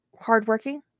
hardworking